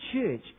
church